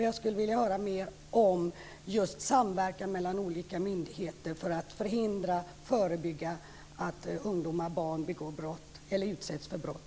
Jag skulle vilja höra mer om just samverkan mellan olika myndigheter för att förhindra och förebygga att barn och ungdomar begår brott eller utsätts för brott.